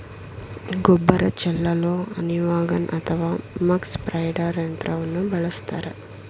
ಗೊಬ್ಬರ ಚೆಲ್ಲಲು honey wagon ಅಥವಾ ಮಕ್ ಸ್ಪ್ರೆಡ್ದರ್ ಯಂತ್ರವನ್ನು ಬಳಸ್ತರೆ